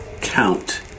count